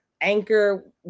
Anchor